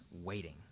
Waiting